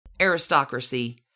aristocracy